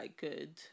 good